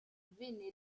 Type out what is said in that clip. venne